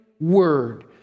word